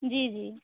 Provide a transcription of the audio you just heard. जी जी